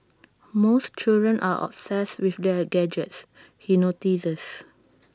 most children are obsessed with their gadgets he notices